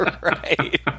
Right